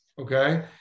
okay